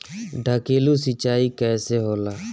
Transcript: ढकेलु सिंचाई कैसे होला?